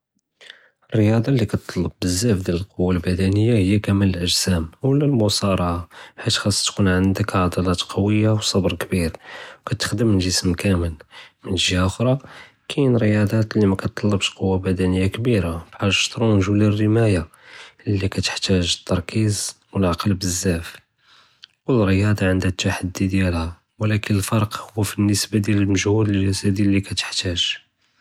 אלרִיַאצַ'ה לִי כִּיתְטַלְבּ בּזַאפ דִיַאל אֶלקּוּוַה אֶלבַּדַנִיַה הִיֵא כּמַאל אֶלאגְ׳סַאם ולא אֶלמֻצַארַעַה, חִיתַאש חְ׳אס תְכוּן עַנְדַכּ עַדַ׳לַאת קּוִויַה וּצַבְּר כְּבִּיר, כִּתְחְ׳דֶם אֶלגִ׳סֶם כַּאמֶל, וּמן גִ׳יה אַחְ׳רַא כַּאיְן רִיַאצַ'את לִי מא כִּיתְטַלְבּוּש קּוּוַה בַּדַנִיַה כְּבִּירַה בּחַאל אֶלשַׁטְרַנְג׳ ולא אֶרְרִמַאיַה, לִי כִּיתְחַ׳תַאג אֶלתַּרְכִּיז וּאֶלעַקְּל בּזַאפ. כֻּל רִיַאצַ'ה עַנְדַה אֶלתַּחַדִי דִיַאלְהַא ולכּן אֶלפַרְק הוּא פִי אֶלנִסְבַּה דִיַאל אֶלמַגְ׳הוּד אֶלגִ׳סַדִי לִי כִּיתְחַ׳תַאג.